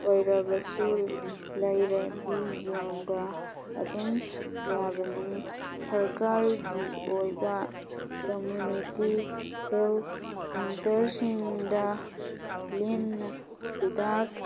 ꯑꯣꯏꯔꯕꯁꯨ ꯂꯩꯔꯗꯤ ꯌꯦꯡꯕ ꯑꯗꯨꯝ ꯌꯥꯕꯅꯤ ꯁꯔꯀꯥꯔꯒꯤ ꯑꯣꯏꯕ ꯀꯝꯃꯨꯅꯤꯇꯤ ꯍꯦꯜꯇ ꯁꯦꯟꯇꯔꯁꯤꯡꯗ ꯂꯦꯝꯅ ꯍꯤꯗꯥꯛ